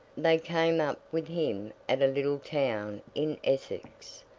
they came up with him at a little town in essex,